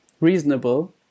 reasonable